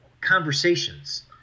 conversations